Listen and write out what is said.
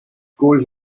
gold